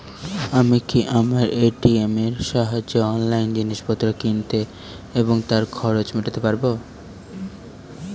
আমি কি আমার এ.টি.এম এর সাহায্যে অনলাইন জিনিসপত্র কিনতে এবং তার খরচ মেটাতে পারব?